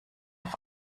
auf